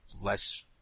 less